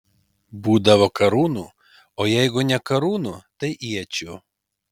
būdavo karūnų o jeigu ne karūnų tai iečių